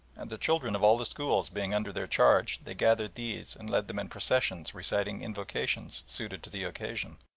and, the children of all the schools being under their charge, they gathered these and led them in processions reciting invocations suited to the occasion.